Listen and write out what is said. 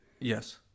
Yes